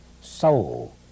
soul